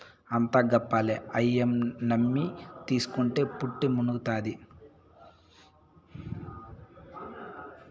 అంతా గప్పాలే, అయ్యి నమ్మి తీస్కుంటే పుట్టి మునుగుతాది